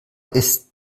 ist